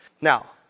Now